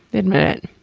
admit it.